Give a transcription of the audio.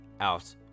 out